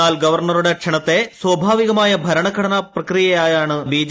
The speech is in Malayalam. എന്നാൽ ഗവർണറുടെ ക്ഷണത്തെ സ്വാഭാവികമായ ഭരണഘടനാ പ്രക്രിയയായാണ് ബി